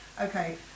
okay